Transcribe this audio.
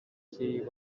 see